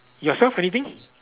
yourself anything